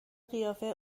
قیافه